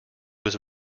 was